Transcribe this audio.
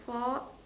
four